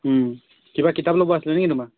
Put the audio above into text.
কিবা কিতাপ ল'ব আছিল নে কি তোমাৰ